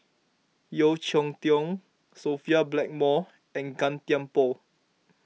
Yeo Cheow Tong Sophia Blackmore and Gan Thiam Poh